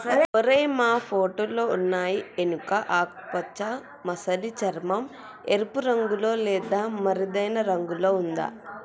ఓరై మా ఫోటోలో ఉన్నయి ఎనుక ఆకుపచ్చ మసలి చర్మం, ఎరుపు రంగులో లేదా మరేదైనా రంగులో ఉందా